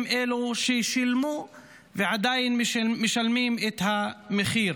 הם אלה ששילמו ועדיין משלמים את המחיר.